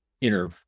inner